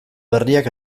berriak